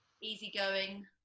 easygoing